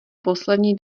poslední